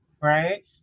Right